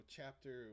chapter